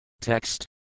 Text